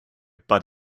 but